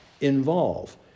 involve